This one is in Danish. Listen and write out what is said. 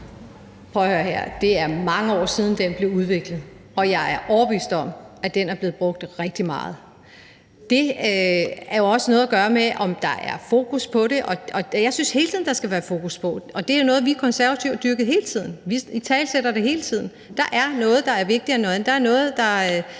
(KF): Prøv at høre her: Det er mange år siden, den blev udviklet, og jeg er overbevist om, at den er blevet brugt rigtig meget. Det har jo også noget at gøre med, om der er fokus på det, og jeg synes, at der hele tiden skal være fokus på det. Det er jo noget, vi konservative dyrker hele tiden. Vi italesætter det hele tiden. Der er noget, der er vigtigere end noget andet. Der er noget, der